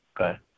Okay